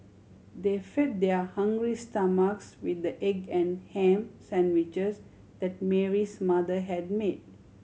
they fed their hungry stomachs with the egg and ham sandwiches that Mary's mother had made